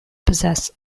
possess